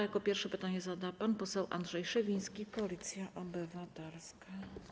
Jako pierwszy pytanie zada pan poseł Andrzej Szewiński, Koalicja Obywatelska.